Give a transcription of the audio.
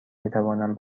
بتوانم